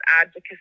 advocacy